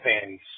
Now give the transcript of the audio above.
panties